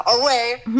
away